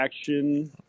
Action –